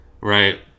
Right